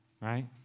Right